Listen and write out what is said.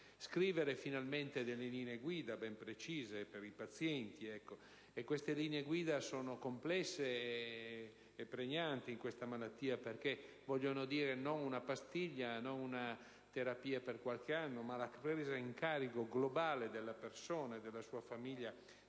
stabilire finalmente delle linee guida ben precise per i pazienti: le linee guida sono complesse e pregnanti nel caso di questa malattia, perché significano non una pastiglia o una terapia per qualche anno, ma la presa in carico globale della persona e della sua famiglia